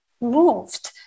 moved